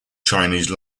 chinese